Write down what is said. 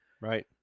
right